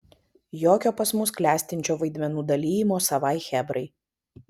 jokio pas mus klestinčio vaidmenų dalijimo savai chebrai